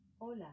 Hola